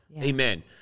Amen